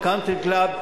ה"קאנטרי קלאב",